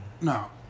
No